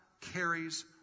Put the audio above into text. carries